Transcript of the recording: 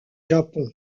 japon